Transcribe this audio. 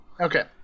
okay